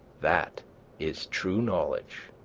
that is true knowledge.